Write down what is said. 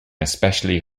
especially